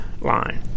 line